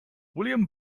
william